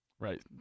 Right